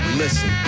listen